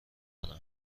کنیم